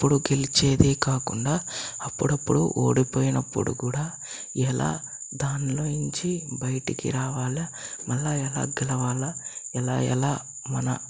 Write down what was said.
ఎపుడు గెలిచేది కాకుండా అపుడపుడు ఓడిపోయినప్పుడు కూడా ఎలా దానిలో నుంచి బయటకి రావాలి మళ్లీ ఎలా గెలవాలి ఎలా ఎలా